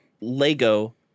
Lego